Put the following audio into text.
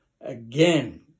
again